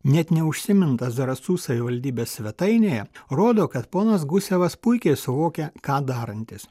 net neužsiminta zarasų savivaldybės svetainėje rodo kad ponas gusevas puikiai suvokia ką darantis